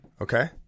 Okay